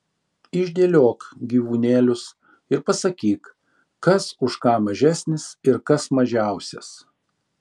išdėliok gyvūnėlius ir pasakyk kas už ką mažesnis ir kas mažiausias